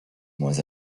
moins